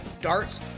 darts